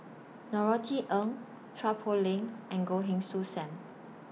Norothy Ng Chua Poh Leng and Goh Heng Soon SAM